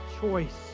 choice